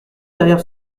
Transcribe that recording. derrière